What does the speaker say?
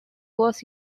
was